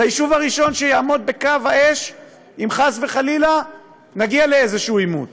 זה היישוב הראשון שיעמוד בקו האש אם חס וחלילה נגיע לאיזשהו עימות.